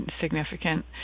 significant